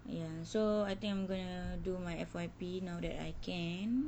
ya so I think I'm going to do my F_Y_P now that I can